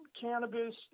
cannabis